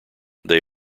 they